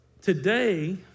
today